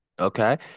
Okay